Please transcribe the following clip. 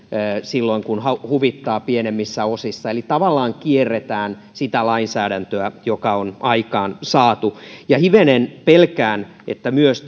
silloin kun huvittaa pienemmissä osissa eli tavallaan kierretään sitä lainsäädäntöä joka on aikaansaatu hivenen pelkään että myös